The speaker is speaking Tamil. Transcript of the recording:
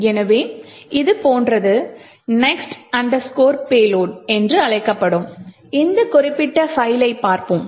எனவே இதுபோன்றது next underscore பேலோட் என்று அழைக்கப்படும் இந்த குறிப்பிட்ட பைல்லைப் பார்ப்போம்